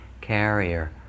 carrier